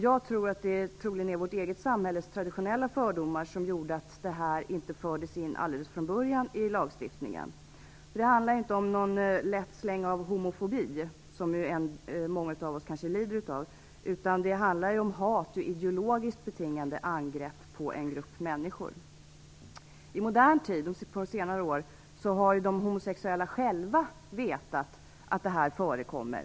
Jag tror att det är vårt eget samhälles traditionella fördomar som gjorde att det inte fördes in något stadgande i lagstiftningen alldeles från början. Det handlar inte om någon lätt släng av homofobi, som många av oss kanske lider av, utan om hat och ideologiskt betingade angrepp på en grupp människor. Under modern tid, särskilt under senare år, har de homosexuella själva vetat att hets förekommer.